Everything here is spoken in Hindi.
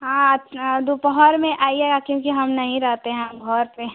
हाँ दोपहर में आइएगा क्योंकि हम नहीं रहते हैं हम घर पर